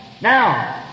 Now